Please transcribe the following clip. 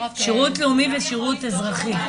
שירות לאומי ושירות אזרחי.